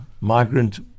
migrant